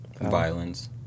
Violence